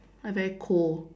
I very cold